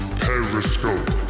periscope